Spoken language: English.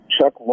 Chuck